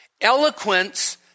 Eloquence